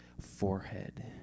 forehead